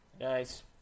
Nice